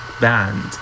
band